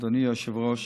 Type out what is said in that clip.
אדוני היושב-ראש,